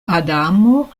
adamo